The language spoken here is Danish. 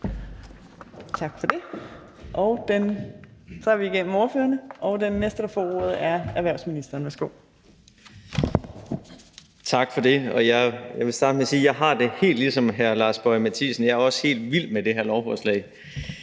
Tak for det. Så er vi igennem ordførerrækken, og den næste, der får ordet, er erhvervsministeren. Værsgo. Kl. 15:05 Erhvervsministeren (Simon Kollerup): Tak for det. Jeg vil starte med at sige, at jeg har det helt ligesom hr. Lars Boje Mathiesen, for jeg er også helt vild med det her lovforslag.